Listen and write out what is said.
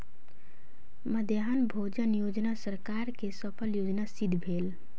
मध्याह्न भोजन योजना सरकार के सफल योजना सिद्ध भेल